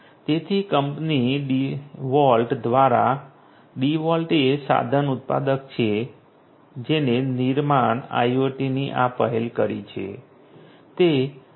તેથી company DeWalt દ્વારા DeWalt એ સાધન ઉત્પાદક છે જેણે નિર્માણ IoTની આ પહેલ શરૂ કરી છે